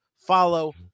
follow